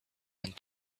and